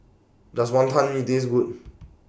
Does Wantan Mee Taste Good